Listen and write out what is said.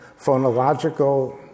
phonological